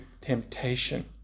temptation